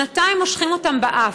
שנתיים מושכים אותן באף.